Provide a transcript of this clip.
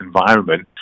environment